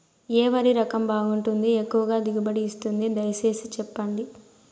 ఏ వరి రకం బాగుంటుంది, ఎక్కువగా దిగుబడి ఇస్తుంది దయసేసి చెప్పండి?